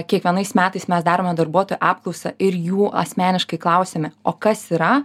kiekvienais metais mes darome darbuotojų apklausą ir jų asmeniškai klausiame o kas yra